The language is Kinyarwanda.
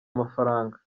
amafaranga